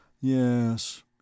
Yes